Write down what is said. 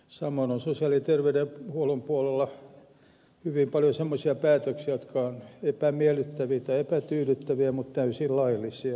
samoin on sosiaali ja terveydenhuollon puolella hyvin paljon semmoisia päätöksiä jotka ovat epämiellyttäviä tai epätyydyttäviä mutta täysin laillisia